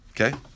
Okay